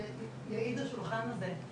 יעיד השולחן הזה,